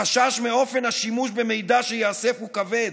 החשש מאופן השימוש במידע שייאסף הוא כבד.